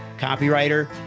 copywriter